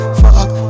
fuck